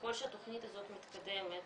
שככל שהתכנית הזאת מתקדמת